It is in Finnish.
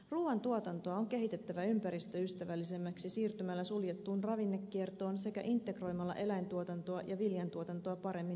ruuantuotantoa on kehitettävä ympäristöystävällisemmäksi siirtymällä suljettuun ravinnekiertoon sekä integroimalla eläintuotantoa ja viljantuotantoa paremmin yhteen